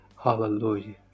hallelujah